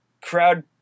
Crowd